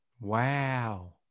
wow